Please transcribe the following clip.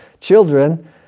children